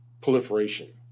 proliferation